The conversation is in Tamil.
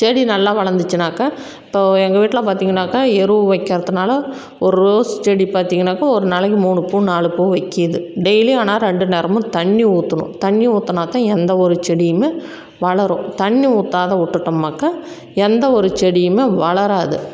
செடி நல்லா வளர்ந்துச்சுன்னாக்கா இப்போ எங்கள் வீட்டில் பார்த்திங்கன்னாக்கா எருவு வைக்கிறதுனால ஒரு ரோஸ் செடி பார்த்திங்கன்னாக்கா ஒரு நாளைக்கு மூணு பூ நாலு பூ வைக்கிது டெயிலியும் ஆனால் ரெண்டு நேரமும் தண்ணி ஊற்றணும் தண்ணி ஊற்றினாத்தான் எந்த ஒரு செடியுமே வளரும் தண்ணி ஊற்றாத விட்டுட்டோமாக்கா எந்த ஒரு செடியும் வளராது